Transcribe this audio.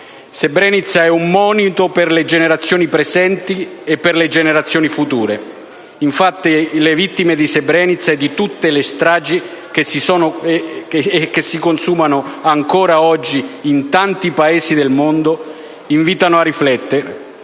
Srebrenica è un monito per le generazioni presenti e future. Infatti le vittime di Srebrenica, e di tutte le stragi che si consumano ancora oggi in tanti Paesi del mondo, invitano a riflettere,